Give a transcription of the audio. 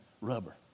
rubber